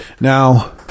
now